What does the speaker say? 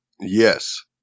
Yes